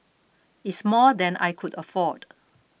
it's more than I could afford